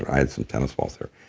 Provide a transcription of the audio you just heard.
i had some tennis balls there.